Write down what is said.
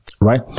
right